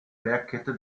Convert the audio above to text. bergkette